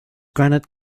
granite